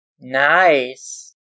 Nice